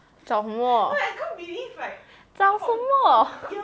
找什么找什么